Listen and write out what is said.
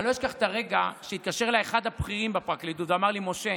אני לא אשכח את הרגע שהתקשר אליי אחד הבכירים בפרקליטות ואמר לי: משה,